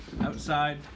outside